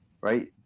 right